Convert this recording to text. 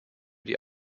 die